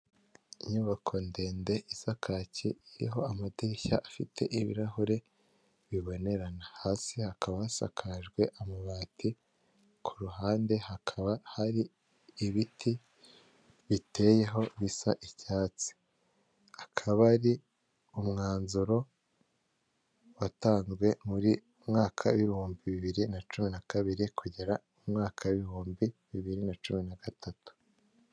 Uyu ni umuhanda wo mu bwoko bwa kaburimbo ugizwe n'amabara y'umukara nu'uturongo tw'umweru, kuruhande hari ibiti birebire by'icyatsi bitoshye, bitanga umuyaga n'amahumbezi ku banyura aho ngaho bose.